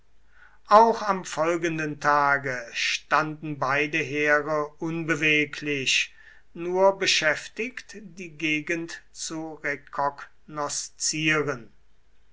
auch am folgenden tage standen beide heere unbeweglich nur beschäftigt die gegend zu